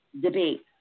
debate